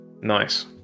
Nice